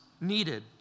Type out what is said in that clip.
needed